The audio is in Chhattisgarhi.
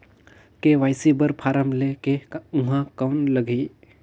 के.वाई.सी बर फारम ले के ऊहां कौन लगही?